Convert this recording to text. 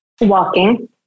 Walking